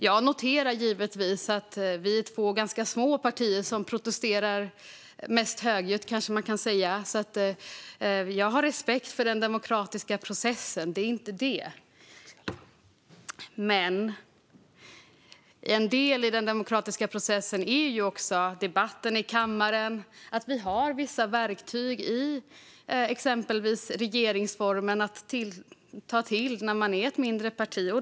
Jag noterar givetvis att det är två små partier som protesterar mest högljutt. Jag har respekt för den demokratiska processen, men en del i den demokratiska processen är också debatten i kammaren, att det finns vissa verktyg i regeringsformen att ta till när man är ett mindre parti.